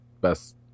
Best